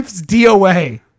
DOA